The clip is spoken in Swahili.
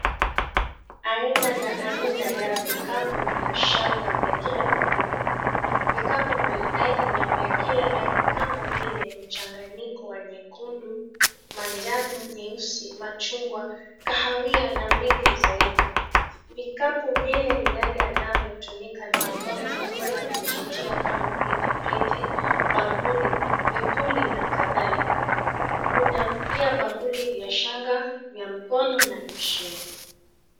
Aina na aina ya vikapu vya shanga vya kila ukubwa. Vikapu maridadi na vya kila rangi kama vile mchanganyiko wa nyekundu, manjano, nyeusi, machungwa, kahawia na mengi zaidi. Vikapu vile ni yale yanavyo tumika na wamama kuweka kujitia kama vile, pete, bangili, vipuli na kadhalika. Kuna pia bangili vya shanga vya mkono na shingo.